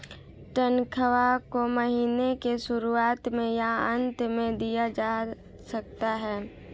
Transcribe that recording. तन्ख्वाह को महीने के शुरुआत में या अन्त में दिया जा सकता है